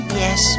yes